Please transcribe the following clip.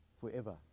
forever